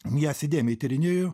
jas įdėmiai tyrinėju